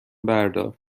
بردار